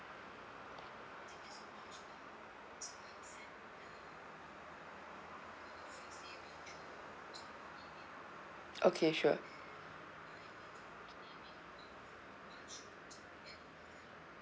okay sure